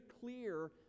clear